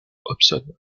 hobson